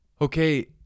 Okay